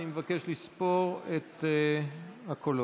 אני מבקש לספור את הקולות.